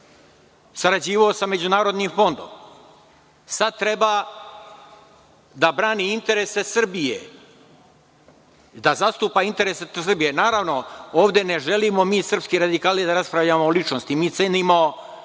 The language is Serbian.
sarađivao sa MMF-om. Sad treba da brani interese Srbije, da zastupa interese Srbije. Naravno, ovde ne želimo mi srpski radikali da raspravljamo o ličnosti, mi cenimo